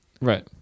right